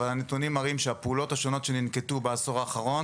אבל הנתונים מראים שהפעולות השונות שננקטו בעשור האחרון